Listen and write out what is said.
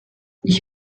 ich